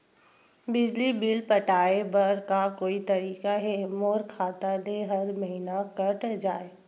बिजली बिल पटाय बर का कोई तरीका हे मोर खाता ले हर महीना कट जाय?